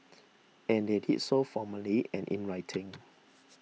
and they did so formally and in writing